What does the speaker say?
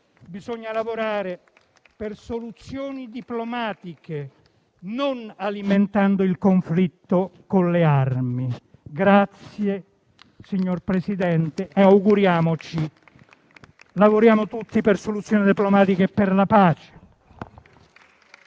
Bisogna lavorare per soluzioni diplomatiche, non alimentando il conflitto con le armi. Signor Presidente, lavoriamo tutti per soluzioni diplomatiche e per la pace.